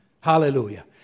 Hallelujah